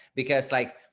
because like,